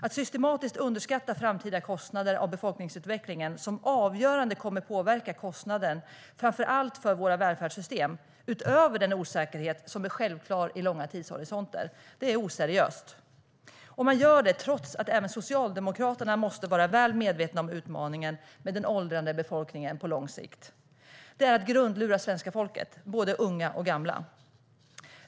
Att systematiskt underskatta framtida kostnader för befolkningsutvecklingen som avgörande kommer att påverka kostnaderna, framför allt för våra välfärdssystem, utöver den osäkerhet som är självklar i långa tidshorisonter, är oseriöst. Och man gör det trots att även Socialdemokraterna måste vara väl medvetna om utmaningen med den åldrande befolkningen på lång sikt. Det är att grundlura svenska folket, både unga och gamla.